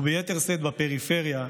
וביתר שאת בפריפריה,